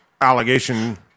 allegation